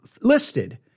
Listed